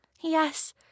Yes